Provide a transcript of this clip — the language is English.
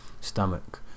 stomach